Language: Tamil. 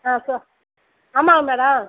ஆ ச ஆமாங்க மேடம்